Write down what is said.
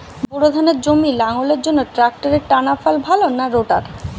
Bore ধানের জমি লাঙ্গলের জন্য ট্রাকটারের টানাফাল ভালো না রোটার?